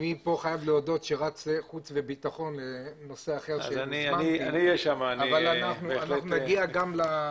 אני יוצא לוועדת החוץ והביטחון אבל אנחנו נגיע גם לשם.